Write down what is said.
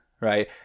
Right